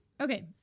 Okay